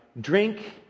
drink